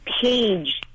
page